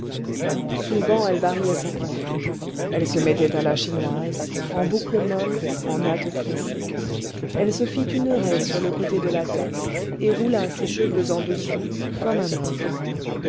souvent elle variait sa coiffure elle se mettait à la chinoise en boucles molles en nattes tressées elle se fit une raie sur le côté de la tête et roula ses cheveux en dessous comme un homme